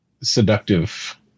seductive